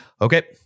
Okay